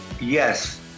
Yes